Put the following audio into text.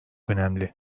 önemli